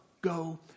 go